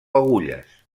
agulles